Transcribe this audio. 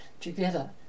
together